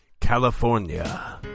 California